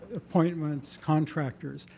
appointments, contractors.